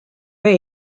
vee